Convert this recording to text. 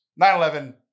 9/11